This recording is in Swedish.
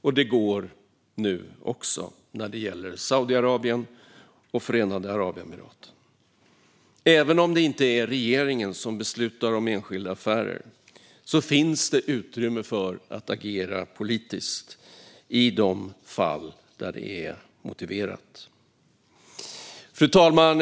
Och det går nu också, när det gäller Saudiarabien och Förenade Arabemiraten. Även om det inte är regeringen som beslutar om enskilda affärer finns det utrymme för att agera politiskt i de fall där det är motiverat. Fru talman!